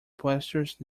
pastures